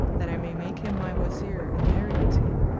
that i may make him my wazir and marry thee to him,